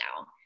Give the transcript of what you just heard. now